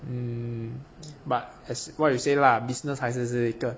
mm but as what you say lah business 还是是一个